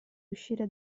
uscire